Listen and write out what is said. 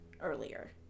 earlier